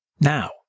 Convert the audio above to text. Now